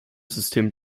systemen